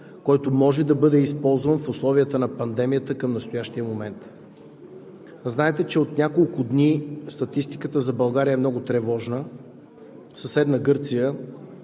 който може да бъде използван в условията на пандемията към настоящия момент. Знаете, че от няколко дни статистиката за България е много тревожна. В съседна Гърция